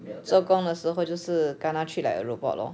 做工的时候就是 kena treat like a robot lor